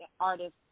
artists